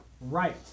right